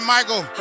Michael